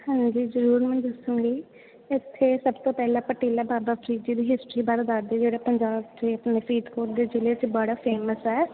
ਹਾਂਜੀ ਜ਼ਰੂਰ ਮੈਂ ਦੱਸੂੰਗੀ ਇੱਥੇ ਸਭ ਤੋਂ ਪਹਿਲਾਂ ਆਪਾਂ ਟਿੱਲਾ ਬਾਬਾ ਫ਼ਰੀਦ ਜੀ ਦੀ ਹਿਸਟਰੀ ਬਾਰੇ ਦੱਸਦੀ ਜਿਹੜੇ ਪੰਜਾਬ ਦੇ ਫਰੀਦਕੋਟ ਦੇ ਜ਼ਿਲ੍ਹੇ 'ਚ ਬੜਾ ਫੇਮਸ ਹੈ